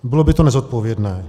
Bylo by to nezodpovědné.